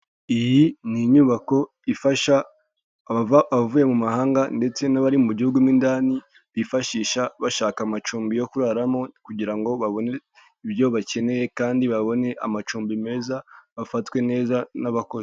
Iyi ni inyubako ifasha abavuye mu mahanga ndetse n'abari mu gihugu mo indani, bifashisha bashaka amacumbi yo kuraramo, kugira ngo babone ibyo bakeneye kandi babone amacumbi meza, bafatwe neza n'abakozi.